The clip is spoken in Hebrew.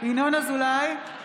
ינון אזולאי,